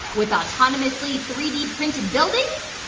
with autonomously three d printed buildings,